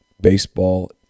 baseball